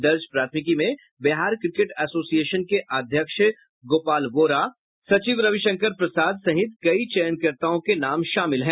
दर्ज प्राथमिकी में बिहार क्रिकेट एसोसिएशन के अध्यक्ष गोपाल बोहरा सचिव रवि शंकर प्रसाद सहित कई चयनकर्ताओं के नाम शामिल हैं